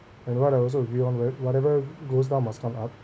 and what I also agree [one] where whatever goes down must come up